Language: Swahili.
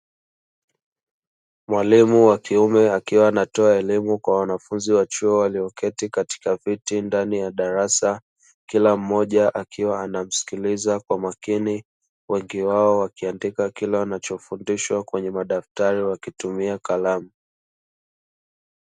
Mwalimu wa kiume akiwa anatoa elimu kwa wanafunzi wa chuo walioketi katika viti ndani ya darasa kila mmoja akiwa anamsikiliza kwa makini, wengi wao wakiandika kwenye madaftari kile wanachofundishwa wakitumia kalamu.